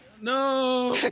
No